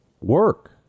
work